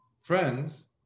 friends